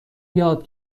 یاد